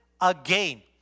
again